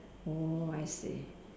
oh I see